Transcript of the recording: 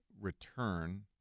return